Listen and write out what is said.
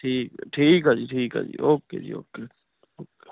ਠੀਕ ਠੀਕ ਆ ਜੀ ਠੀਕ ਆ ਜੀ ਓਕੇ ਜੀ ਓਕੇ